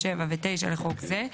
(7) ו־(9) לחוק זה,